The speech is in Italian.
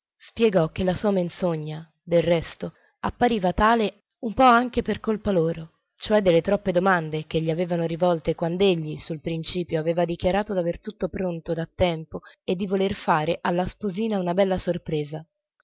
spiegò che la sua menzogna del resto appariva tale un po anche per colpa loro cioè delle troppe domande che gli avevano rivolte quand'egli sul principio aveva dichiarato d'aver tutto pronto da tempo e di voler fare alla sposina una bella sorpresa